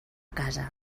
casa